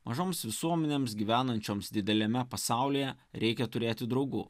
mažoms visuomenėms gyvenančioms dideliame pasaulyje reikia turėti draugų